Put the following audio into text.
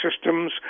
systems